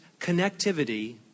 connectivity